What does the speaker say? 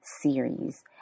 series